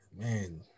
Man